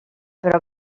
però